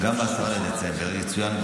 גם ב-10 בדצמבר יצוין בכנסת.